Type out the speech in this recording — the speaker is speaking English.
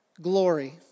glory